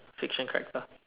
fiction character